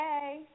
Hey